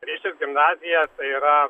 riešės gimnazija tai yra